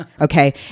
okay